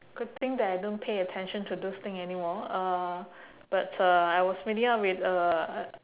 good thing that I don't pay attention to those thing anymore uh but uh I was meeting up with uh